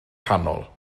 canol